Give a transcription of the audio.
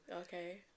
Okay